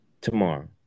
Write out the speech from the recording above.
tomorrow